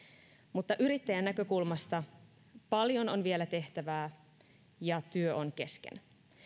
mutta yrittäjän näkökulmasta paljon on vielä tehtävää ja työ on kesken